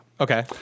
Okay